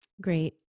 great